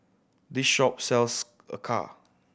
this shop sells acar